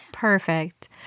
Perfect